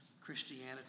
Christianity